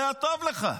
והיה טוב לך,